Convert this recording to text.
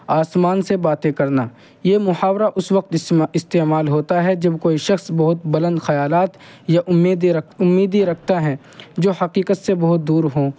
آسمان سے باتیں کرنا یہ محاورہ اس وقت استعمال ہوتا ہے جب کوئی شخص بہت بلند خیالات یا امیدیں رکھ امیدی رکھتا ہے جو حقیقت سے بہت دور ہوں